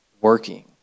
working